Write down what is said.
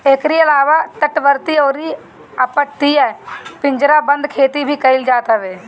एकरी अलावा तटवर्ती अउरी अपतटीय पिंजराबंद खेती भी कईल जात हवे